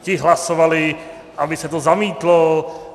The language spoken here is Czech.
Ti hlasovali, aby se to zamítlo.